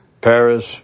Paris